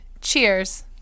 Cheers